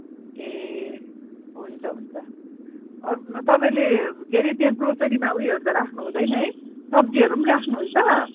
ए हुन्छ हुन्छ अरू तपाईँले के अरे त्यहाँ ग्रोसरीमा उयोहरू त राख्नुहुँदैन है सब्जीहरू पनि राख्नुहुन्छ